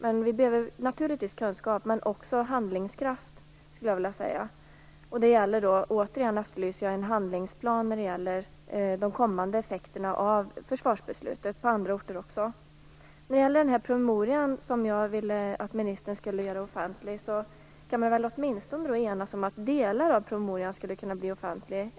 Naturligtvis behöver vi kunskap - men också handlingskraft, skulle jag vilja säga. Återigen efterlyser jag en handlingsplan när det gäller de kommande effekterna av försvarsbeslutet även på andra orter. När det gäller den promemoria som jag ville att ministern skulle göra offentlig kan vi väl åtminstone enas om att delar av den skulle kunna bli offentliga.